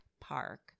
Park